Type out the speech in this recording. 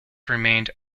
remained